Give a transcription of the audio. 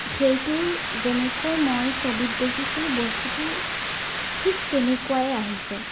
সেইটো যেনেকৈ মই ছবিত দেখিছো বস্তুটো ঠিক তেনেকুৱাই আহিছে